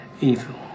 evil